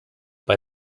bei